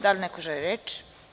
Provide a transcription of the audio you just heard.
Da li neko želi reč?